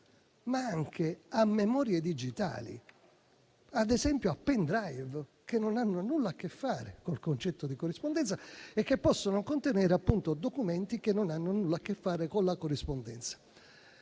ma anche a memorie digitali, ad esempio a *pen drive* che non hanno nulla a che fare con il concetto di corrispondenza e che possono contenere, appunto, documenti che non hanno nulla a che fare con la corrispondenza.